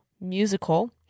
musical